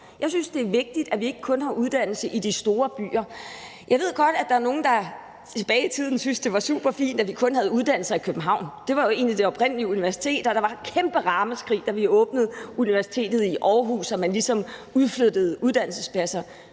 Jeg synes, det er vigtigt, at vi ikke kun har uddannelser i de store byer. Jeg ved godt, at der var nogle, der tilbage i tiden syntes, at det var super fint, at vi kun havde uddannelser i København. Københavns Universitet var jo egentlig det oprindelige universitet, og der blev et kæmpe ramaskrig, da man åbnede universitetet i Aarhus og man ligesom udflyttede uddannelsespladser.